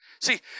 See